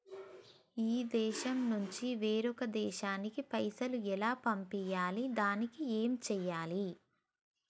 ఈ దేశం నుంచి వేరొక దేశానికి పైసలు ఎలా పంపియ్యాలి? దానికి ఏం చేయాలి?